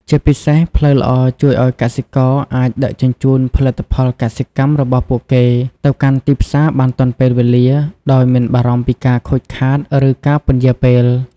ជាពិសេស ផ្លូវល្អជួយឲ្យកសិករអាច ដឹកជញ្ជូនផលិតផលកសិកម្មរបស់ពួកគេទៅកាន់ទីផ្សារបានទាន់ពេលវេលា ដោយមិនបារម្ភពីការខូចខាត ឬការពន្យារពេល។